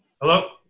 Hello